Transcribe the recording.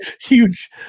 huge